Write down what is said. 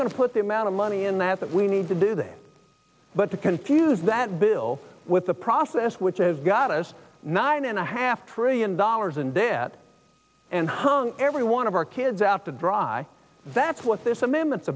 going to put the amount of money in that that we need to do that but to confuse that bill with the process which has got us nine and a half trillion dollars in debt and hung every one of our kids out to dry that's what